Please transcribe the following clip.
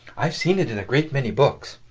i have seen it in a great many books.